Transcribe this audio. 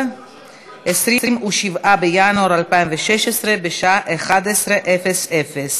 12 חברי כנסת בעד, אין מתנגדים, אין נמנעים.